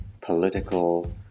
political